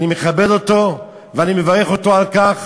אני מכבד אותו ואני מברך אותו על כך